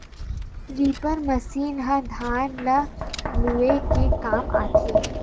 reaper machine ह धान ल लूए के काम आथे